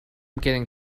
getting